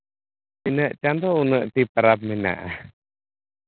ᱛᱤᱱᱟᱹᱜ ᱪᱟᱸᱫᱳ ᱩᱱᱟᱹᱜᱴᱤ ᱯᱟᱨᱚᱵᱽ ᱢᱮᱱᱟᱜᱼᱟ